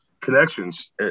connections